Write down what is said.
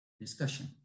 discussion